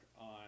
on